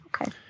okay